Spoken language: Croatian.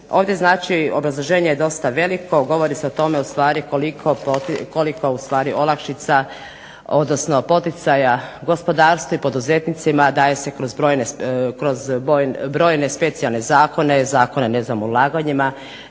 Ovdje znači obrazloženje je dosta veliko, govori se o tome ustvari koliko ustvari olakšica, odnosno poticaja gospodarstvu i poduzetnicima daje se kroz brojne specijalne zakone, zakone ne znam ulaganjima,